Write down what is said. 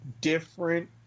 different